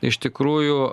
iš tikrųjų